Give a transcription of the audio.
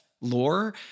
lore